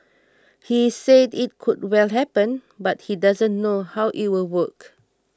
he said it could well happen but he doesn't know how it will work